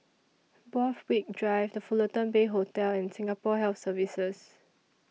Borthwick Drive The Fullerton Bay Hotel and Singapore Health Services